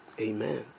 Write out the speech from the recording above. amen